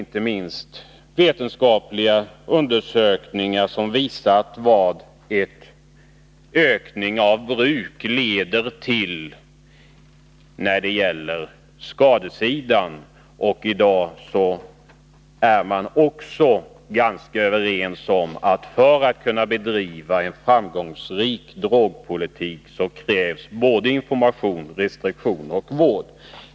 Inte minst de vetenskapliga undersökningar som har visat vad en ökning av bruket får för effekter på skadesidan har haft betydelse i detta sammanhang. Och i dag är man ganska överens om att det, för att vi skall kunna bedriva en framgångsrik drogpolitik, krävs information, restriktioner och vård.